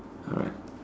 alright